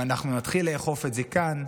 אם אנחנו נתחיל לאכוף את זה כאן,